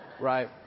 Right